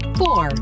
four